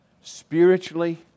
spiritually